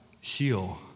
heal